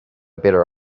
better